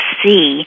see